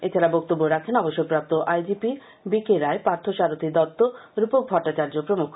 এছাডা বক্তব্য রাখেন অবসরপ্রাপ্ত আইজিপি বিকে রায় পার্থসারথী দত্ত রূপক ভট্টাচার্য প্রমুখ